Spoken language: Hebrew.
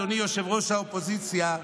אדוני ראש האופוזיציה,